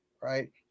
Right